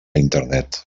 internet